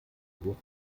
entwurf